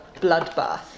bloodbath